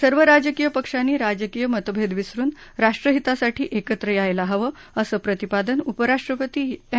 सर्व राजकीय पक्षांनी राजकीय मतभेद विसरुन राष्ट्रहितासाठी एकत्र यायला हवं असं प्रतिपादन उपराष्ट्रपती एम